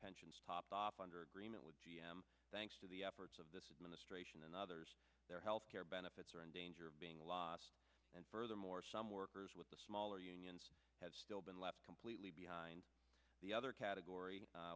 pensions topped off under agreement with g m thanks to the efforts of this administration and others their health care benefits are in danger of being lost and furthermore some workers with the smaller unions have still been left completely behind the other category